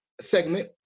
segment